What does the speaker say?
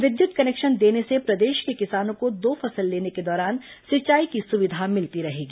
विद्युत कनेक्शन देने से प्रदेश के किसानों को दो फसल लेने के दौरान सिंचाई की सुविधा मिलती रहेगी